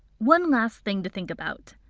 one last thing to think about.